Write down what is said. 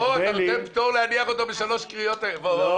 אתה נותן פטור להניח אותו בשלוש קריאות היום.